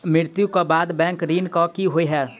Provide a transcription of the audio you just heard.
मृत्यु कऽ बाद बैंक ऋण कऽ की होइ है?